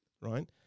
right